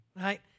right